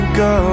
go